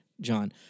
John